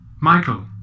Michael